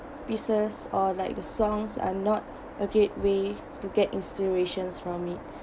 pieces or like the songs are not a gateway to get inspirations from it